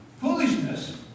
Foolishness